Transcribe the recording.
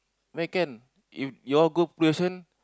where can if your go police station